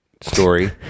Story